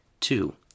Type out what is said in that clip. Two